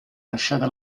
lasciata